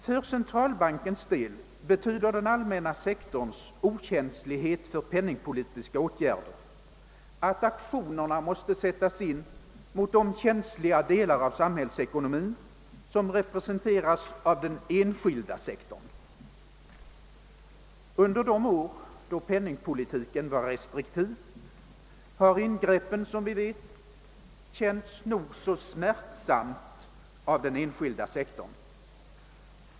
För centralbankens del betyder den allmänna sektorns okänslighet för penningpolitiska åtgärder att aktionerna måste sättas in mot de känsliga delar av samhällsekonomin som representeras av den enskilda sektorn. Under de år då penningpolitiken varit restriktiv har ingreppen som vi vet känts nog så smärtsamma av den enskilda sektorn.